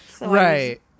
Right